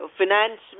finance